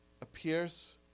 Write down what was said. appears